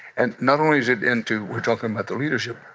and not only is it into we're talking about the leadership.